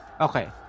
Okay